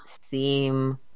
seem